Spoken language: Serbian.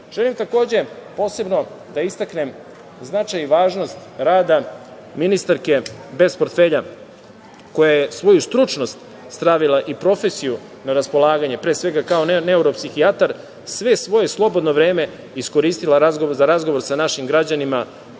takođe posebno da istaknem značaj i važnost rada ministarke bez portfelja, koja je svoju stručnost i profesiju stavila na raspolaganje pre svega kao neuropsihijatar. Svo svoje slobodno vreme iskoristila je za razgovor sa našim građanima